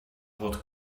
what